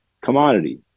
Commodity